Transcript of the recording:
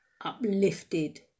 uplifted